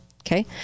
Okay